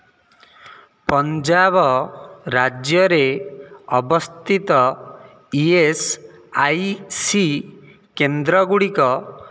ପଞ୍ଜାବ ରାଜ୍ୟରେ ଅବସ୍ଥିତ E S I C କେନ୍ଦ୍ର ଗୁଡ଼ିକ